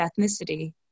ethnicity